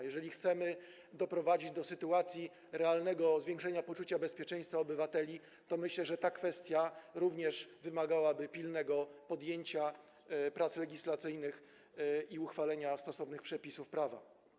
Jeżeli chcemy doprowadzić do sytuacji realnego zwiększenia poczucia bezpieczeństwa obywateli, to myślę, że ta kwestia również wymagałaby pilnego podjęcia prac legislacyjnych i uchwalenia stosownych przepisów prawa.